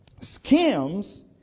schemes